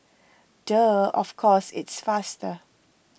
duh of course it's faster